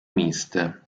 miste